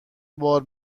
بار